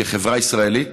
כחברה ישראלית,